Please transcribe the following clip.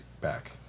back